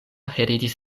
heredis